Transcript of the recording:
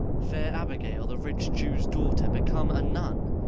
fair abigail, the rich jew's daughter, become a nun!